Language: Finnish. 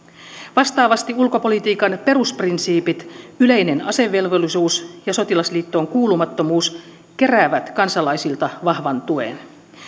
vastaavasti ulkopolitiikan perusprinsiipit yleinen asevelvollisuus ja sotilasliittoon kuulumattomuus keräävät kansalaisilta vahvan tuen